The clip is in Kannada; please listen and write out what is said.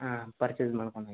ಹಾಂ ಪರ್ಚೆಸ್ ಮಾಡ್ಕೊಂಡು ಹೋಗಿ